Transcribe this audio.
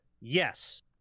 yes